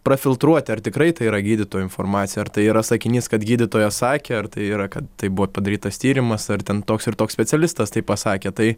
prafiltruoti ar tikrai tai yra gydytojų informacija ar tai yra sakinys kad gydytojas sakė ar tai yra kad tai buvo padarytas tyrimas ar ten toks ir toks specialistas tai pasakė tai